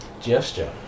gesture